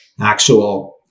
actual